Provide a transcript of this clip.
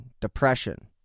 depression